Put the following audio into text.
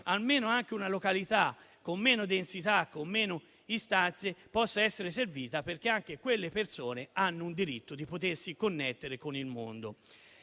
almeno anche una località con meno densità e con meno istanze possa essere servita, perché anche quelle persone hanno il diritto di potersi connettere con il mondo.